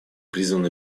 призван